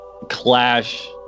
clash